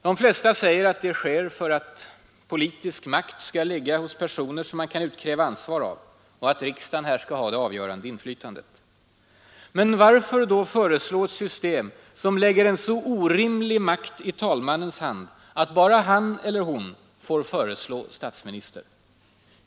De flesta säger att det sker för att politisk makt skall ligga hos personer som man kan utkräva ansvar av och att riksdagen skall ha det avgörande inflytandet. Men varför då föreslå ett system som lägger en så orimlig makt i talmannens hand att bara han eller hon får föreslå statsminister?